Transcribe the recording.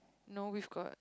no we've got